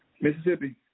Mississippi